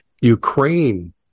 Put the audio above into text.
Ukraine